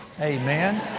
Amen